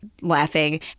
Laughing